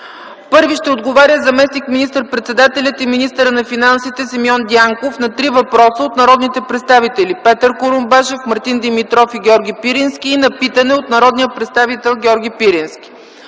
Първи ще отговаря заместник министър-председателят и министър на финансите Симеон Дянков на три въпроса от народните представители Петър Курумбашев, Мартин Димитров и Георги Пирински и на питане от народния представител Георги Пирински.